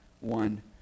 one